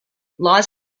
laws